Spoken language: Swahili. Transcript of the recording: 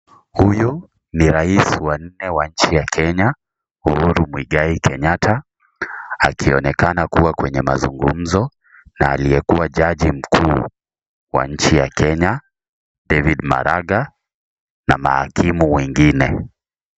Huyu ni rais wa nne wa nchi ya Kenya, Uhuru Muigai Kenyatta. Akionekana kuwa kwenye mazungumzo na aliyekuwa jaji mkuu wa nchi ya Kenya, David Maraga na mahakimu wengine.